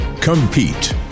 Compete